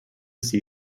see